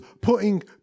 putting